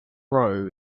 row